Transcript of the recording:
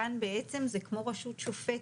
כאן בעצם זה כמו רשות שופטת.